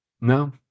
no